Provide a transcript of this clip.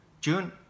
June